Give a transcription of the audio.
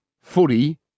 Footy